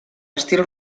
estil